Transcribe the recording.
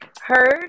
heard